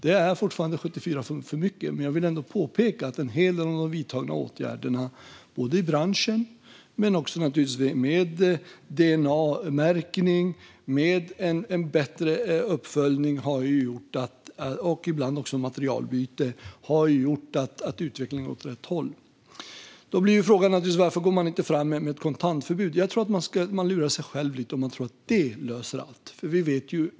Det är fortfarande 74 stölder för mycket, men jag vill ändå påpeka att en hel del av de vidtagna åtgärderna i branschen och naturligtvis också dna-märkning, bättre uppföljning och ibland även materialbyte har gjort att utvecklingen har gått åt rätt håll. Då blir frågan naturligtvis varför man inte går fram med ett kontantförbud. Jag tror att man lurar sig själv lite om man tror att det löser allt.